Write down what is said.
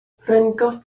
rhyngot